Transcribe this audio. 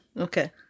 Okay